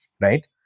right